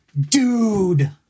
dude